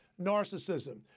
narcissism